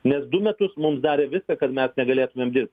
nes du metus mums darė viską kad mes negalėtumėm dirbt